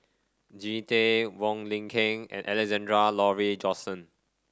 Jean Tay Wong Lin Ken and Alexander Laurie Johnston